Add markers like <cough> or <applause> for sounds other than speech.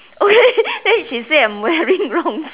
<noise> she say I'm wearing wrong s~